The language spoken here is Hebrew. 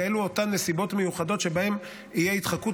ואלה אותן נסיבות מיוחדות שבהן תהיה התחקות